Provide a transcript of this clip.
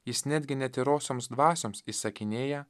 jis netgi netyrosioms dvasioms įsakinėja